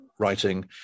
writing